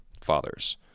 fathers